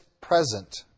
present